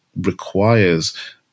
requires